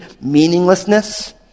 meaninglessness